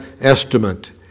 estimate